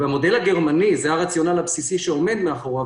במודל הגרמני זה הרציונל הבסיסי שעומד מאחוריו.